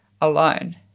alone